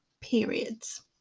periods